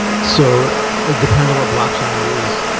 so ah depends what blockchain you use.